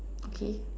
okay